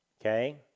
okay